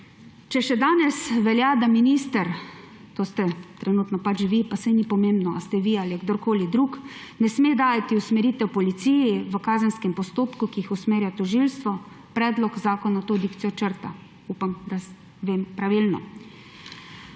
Če še danes velja, da minister, to ste trenutno pač vi, pa saj ni pomembno, a ste vi, ali je kdorkoli drug, ne sme dajati usmeritev policiji v kazenskem postopku, ki jih usmerja tožilstvo, predlog zakona to dikcijo črta. Upam, da vem pravilno.